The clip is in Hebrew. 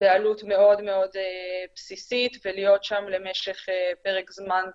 בעלות מאוד מאוד בסיסית ולהיות שם למשך פרק זמן תחום.